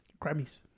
Grammys